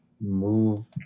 move